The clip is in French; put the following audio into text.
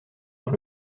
dans